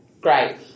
Great